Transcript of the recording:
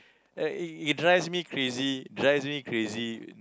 uh it drives me crazy drives me crazy